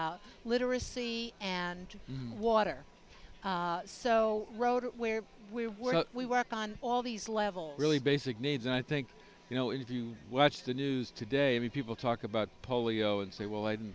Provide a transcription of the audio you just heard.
literacy and water so road where we were we work on all these level really basic needs and i think you know if you watch the news today when people talk about polio and say well i